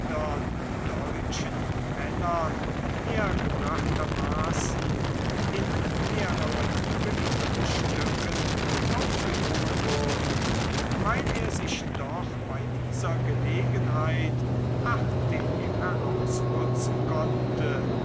deutschen männern hergebrachtermaßen in mehreren beliebten stücken aufgedrungen wurden weil er sich doch bei dieser gelegenheit artig herausputzen konnte